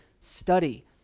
study